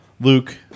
Luke